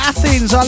Athens